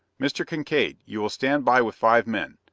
mr. kincaide, you will stand by with five men.